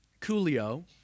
Coolio